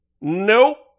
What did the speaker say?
Nope